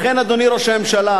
לכן, אדוני ראש הממשלה,